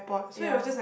ya